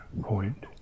point